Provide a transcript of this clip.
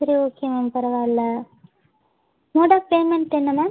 சரி okay ma'am பரவாயில்ல mode of payment என்ன மேம்